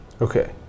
Okay